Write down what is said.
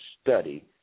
study